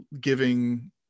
giving